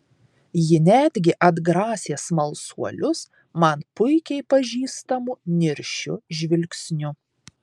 ji netgi atgrasė smalsuolius man puikiai pažįstamu niršiu žvilgsniu